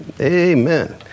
Amen